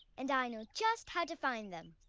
and i know just how to find them.